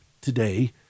today